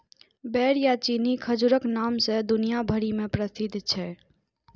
बेर या चीनी खजूरक नाम सं दुनिया भरि मे प्रसिद्ध छै